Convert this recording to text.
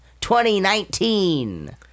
2019